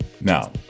Now